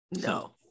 No